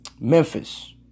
Memphis